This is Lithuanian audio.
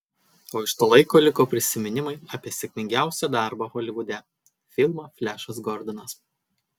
o iš to laiko liko prisiminimai apie sėkmingiausią darbą holivude filmą flešas gordonas